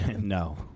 No